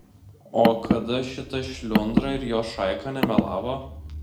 o kada šita šliundra ir jos šaika nemelavo